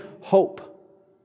hope